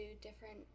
different